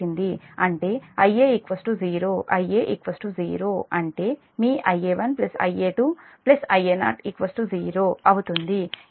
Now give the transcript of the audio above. అంటే Ia 0 Ia 0 అంటే మీ Ia1 Ia2 Ia0 0